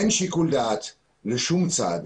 אין שיקול דעת לשום צד,